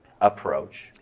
approach